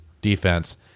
defense